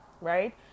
right